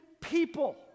people